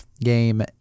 game